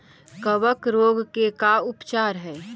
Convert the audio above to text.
कबक रोग के का उपचार है?